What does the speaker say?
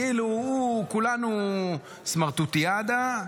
כאילו כולנו סמרטוטיאדה,